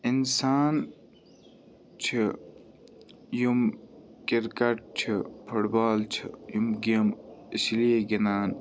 اِنسان چھُ یِم کِرکَٹ چھِ فُٹ بال چھِ یِم گیمہٕ اِسلیے گِنٛدان